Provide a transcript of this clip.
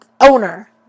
owner